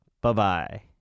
Bye-bye